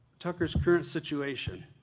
tucker's current situation.